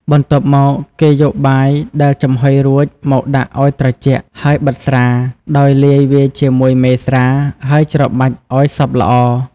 បន្ទាប់មក គេយកបាយដែលចំហុយរួចមកដាក់ឱ្យត្រជាក់ ហើយ បិតស្រា ដោយលាយវាជាមួយមេស្រា ហើយច្របាច់ឱ្យសព្វល្អ។